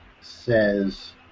says